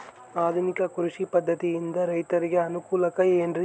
ಆಧುನಿಕ ಕೃಷಿ ಪದ್ಧತಿಯಿಂದ ರೈತರಿಗೆ ಅನುಕೂಲ ಏನ್ರಿ?